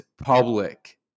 public